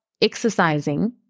exercising